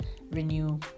renew